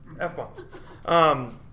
F-bombs